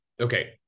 Okay